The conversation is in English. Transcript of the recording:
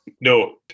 No